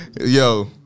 Yo